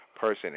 person